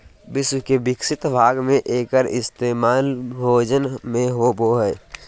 विश्व के विकसित भाग में एकर इस्तेमाल भोजन में होबो हइ